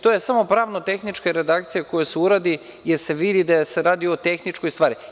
To je samo pravno-tehnička redakcija koja se uradi, jer se vidi da se radi o tehničkoj stvari.